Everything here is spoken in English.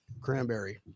cranberry